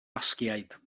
basgiaid